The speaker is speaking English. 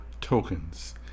tokens